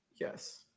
Yes